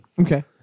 Okay